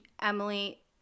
emily